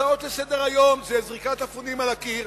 הצעות לסדר-היום זה זריקת אפונים על הקיר,